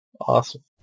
Awesome